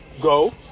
go